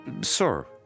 Sir